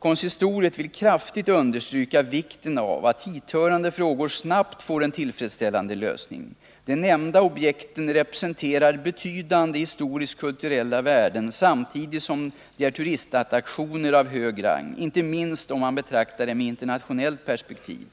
”Konsistoriet vill kraftigt understryka vikten av att hithörande frågor snabbt får en tillfredsställande lösning. De nämnda objekten representerar betydande historiskt-kulturella värden samtidigt som de är turistattraktioner av hög rang, inte minst om man betraktar dem i internationellt perspektiv.